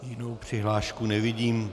Jinou přihlášku nevidím.